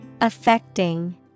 Affecting